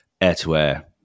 air-to-air